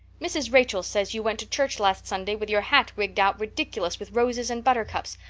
mrs. rachel says you went to church last sunday with your hat rigged out ridiculous with roses and buttercups.